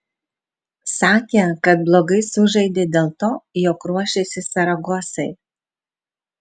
sakė kad blogai sužaidė dėl to jog ruošėsi saragosai